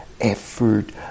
effort